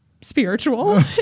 spiritual